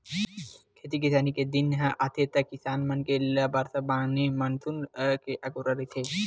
खेती किसानी के दिन ह आथे त किसान मन ल बरसा माने मानसून के अगोरा रहिथे